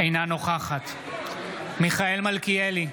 אינה נוכחת מיכאל מלכיאלי,